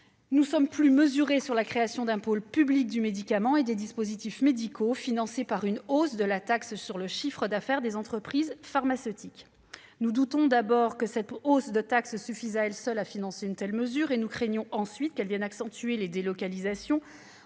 nous sommes plus mesurés sur la création d'un pôle public du médicament et des produits médicaux, financé par une hausse de la taxe sur le chiffre d'affaires des entreprises pharmaceutiques. Nous doutons tout d'abord que cette hausse de taxe suffise à elle seule à financer une telle mesure. Nous craignons ensuite qu'elle ne vienne accentuer les délocalisations,